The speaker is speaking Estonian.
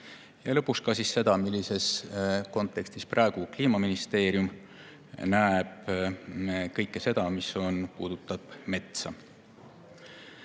teada] ka seda, millises kontekstis praegu Kliimaministeerium näeb kõike seda, mis puudutab metsa.